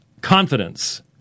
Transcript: confidence